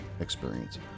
experience